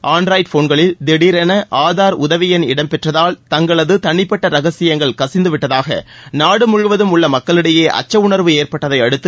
Android போன்களில் திடீர் என ஆதார் உதவி எண் இடம்பெற்றதால் தங்களது தனிப்பட்ட ரகசியங்கள் கசிந்து விட்டதாக நாடு முழுவதும் உள்ள மக்களிடையே அச்ச உணர்வு ஏற்பட்டதை அடுத்து